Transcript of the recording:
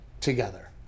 together